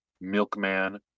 milkman